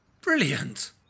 Brilliant